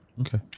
Okay